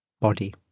Body